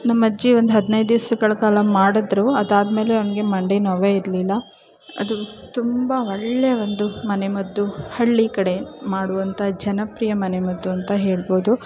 ನಮ್ಮ ಅಜ್ಜಿ ಒಂದು ಹದಿನೈದು ದಿವಸಗಳ ಕಾಲ ಮಾಡಿದ್ರು ಅದಾದಮೇಲೆ ಅವನಿಗೆ ಮಂಡಿ ನೋವೇ ಇರಲಿಲ್ಲ ಅದು ತುಂಬ ಒಳ್ಳೆಯ ಒಂದು ಮನೆಮದ್ದು ಹಳ್ಳಿ ಕಡೆ ಮಾಡುವಂಥ ಜನಪ್ರಿಯ ಮನೆಮದ್ದು ಅಂತ ಹೇಳ್ಬೋದು